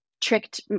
tricked